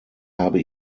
habe